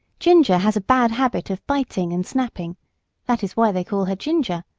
ginger has a bad habit of biting and snapping that is why they call her ginger,